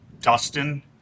Dustin